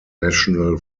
national